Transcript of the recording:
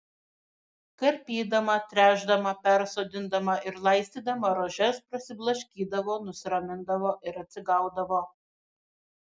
karpydama tręšdama persodindama ir laistydama rožes prasiblaškydavo nusiramindavo ir atsigaudavo